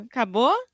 Acabou